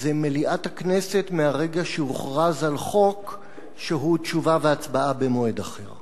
זה מליאת הכנסת מהרגע שהוכרז על חוק שהוא תשובה והצבעה במועד אחר.